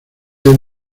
del